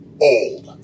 old